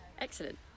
Excellent